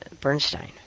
Bernstein